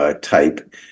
type